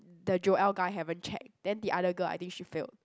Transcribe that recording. the Joel guy haven't checked then the other girl I think she failed